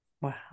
Wow